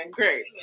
great